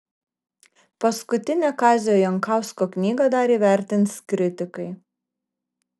paskutinę kazio jankausko knygą dar įvertins kritikai